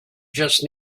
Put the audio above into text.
just